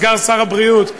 סגן שר הבריאות,